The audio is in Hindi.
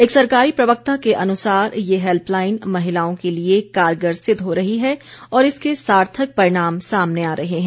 एक सरकारी प्रवक्ता के अनुसार ये हैल्पलाईन महिलाओं के लिए कारगर सिद्ध हो रही है और इसके सार्थक परिणाम सामने आ रहे हैं